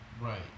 Right